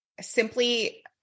simply